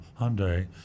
Hyundai